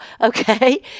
okay